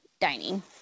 Dining